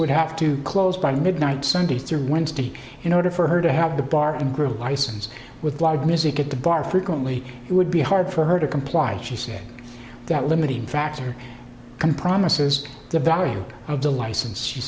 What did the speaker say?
would have to close by midnight sunday through wednesday in order for her to have the bar and grill license with loud music at the bar frequently it would be hard for her to comply she said that limiting factor km promises the value of the license she